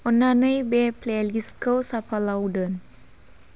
अन्नानै बे प्लेलिस्टखौ शाफालाव दोन